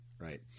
Right